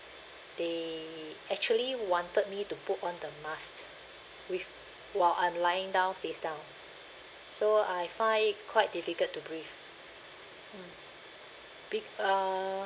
they actually wanted me to put on the mask with while I'm lying down face down so I find it quite difficult to breathe mm be~ uh